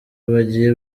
bagiye